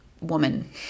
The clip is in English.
woman